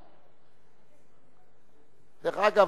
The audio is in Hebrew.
דרך אגב,